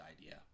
idea